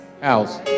house